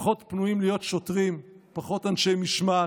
פחות פנויים להיות שוטרים, פחות אנשי משמעת.